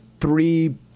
three